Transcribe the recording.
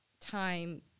time